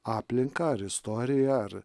aplinką ar istoriją ar